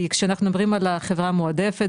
כי כשאנחנו מדברים על החברה המועדפת,